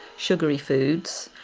sugary foods,